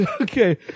okay